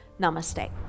Namaste